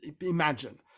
imagine